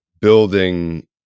building